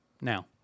now